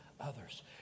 others